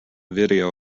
video